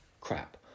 crap